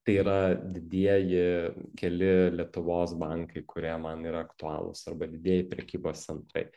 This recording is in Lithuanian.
tai yra didieji keli lietuvos bankai kurie man yra aktualūs arba didieji prekybos centrai